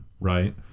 right